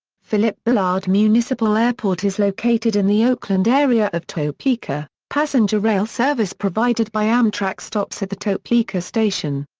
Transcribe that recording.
philip billard municipal airport is located in the oakland area of topeka passenger rail service provided by amtrak stops at the topeka station.